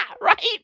Right